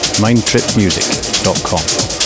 mindtripmusic.com